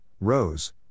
rose